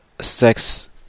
sex